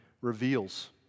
reveals